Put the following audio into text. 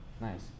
Nice